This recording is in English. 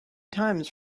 times